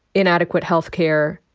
inadequate health care,